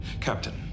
Captain